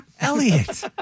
Elliot